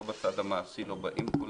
לא בצד המעשי לא באים כולם,